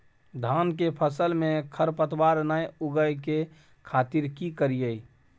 धान के फसल में खरपतवार नय उगय के खातिर की करियै?